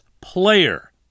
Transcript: player